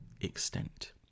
extent